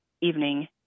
evening